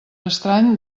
estrany